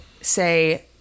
say